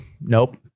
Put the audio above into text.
nope